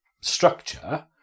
structure